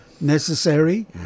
necessary